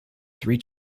three